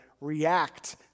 react